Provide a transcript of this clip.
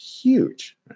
huge